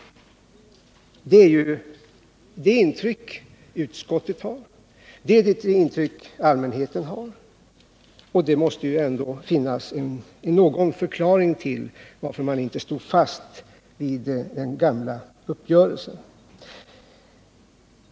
Det är det intryck utskottet har och det är det intryck allmänheten har, och det måste ju ändå finnas någon förklaring till att man inte stod fast vid den gamla uppgörelsen.